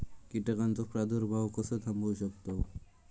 कीटकांचो प्रादुर्भाव कसो थांबवू शकतव?